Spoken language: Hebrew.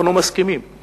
אנחנו מסכימים,